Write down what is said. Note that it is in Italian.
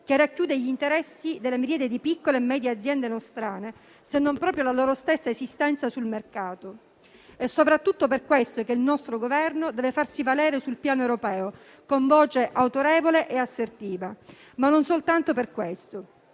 che racchiude gli interessi della miriade di piccole e medie aziende nostrane, se non la loro stessa esistenza sul mercato. È soprattutto per questo che il nostro Governo deve farsi valere sul piano europeo con voce autorevole e assertiva, ma non soltanto per questo.